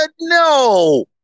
No